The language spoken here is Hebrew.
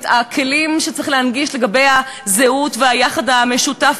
את הכלים שצריך להנגיש לגבי הזהות והיחד המשותף,